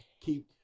keep